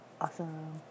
awesome